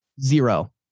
zero